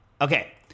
Okay